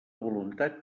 voluntat